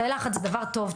תאי לחץ זה דבר טוב,